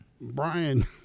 Brian